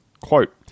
Quote